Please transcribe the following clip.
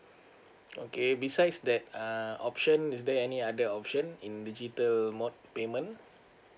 okay besides that err option is there any other option in digital mode payment